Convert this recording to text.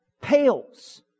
pales